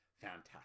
fantastic